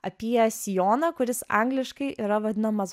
apie sijoną kuris angliškai yra vadinamas